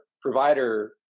provider